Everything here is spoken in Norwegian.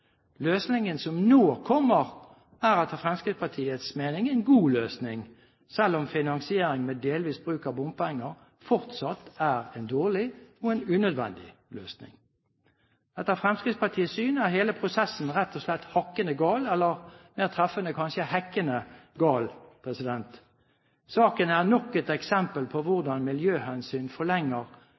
Løsningen som nå kommer, er etter Fremskrittspartiets mening en god løsning, selv om finansiering med delvis bruk av bompenger fortsatt er en dårlig og unødvendig løsning. Etter Fremskrittspartiets syn er hele prosessen rett og slett hakkende gal eller, mer treffende kanskje, hekkende gal. Saken er nok et eksempel på hvordan miljøhensyn forlenger